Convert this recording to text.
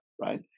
Right